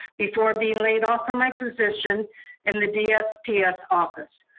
before being laid off from my position in the dsps office.